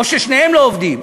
או ששניהם לא עובדים,